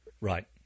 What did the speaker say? right